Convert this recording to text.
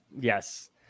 yes